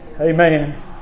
Amen